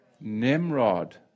Nimrod